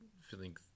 feeling